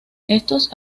estos